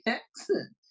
accent